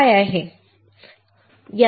का आहे